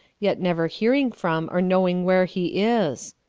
yet never hearing from or knowing where he is?